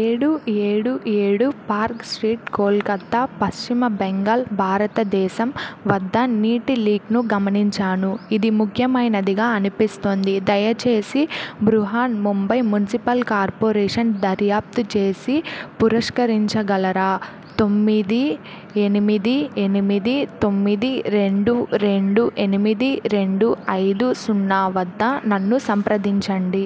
ఏడు ఏడు ఏడు పార్క్ స్ట్రీట్ కోల్కతా పశ్చిమ బెంగాల్ భారతదేశం వద్ద నీటి లీక్ను గమనించాను ఇది ముఖ్యమైనదిగా అనిపిస్తుంది దయచేసి బృహన్ ముంబై మునిసిపల్ కార్పొరేషన్ దర్యాప్తు చేసి పరిష్కరించగలరా తొమ్మిది ఎనిమిది ఎనిమిది తొమ్మిది రెండు రెండు ఎనిమిది రెండు ఐదు సున్నా వద్ద నన్ను సంప్రదించండి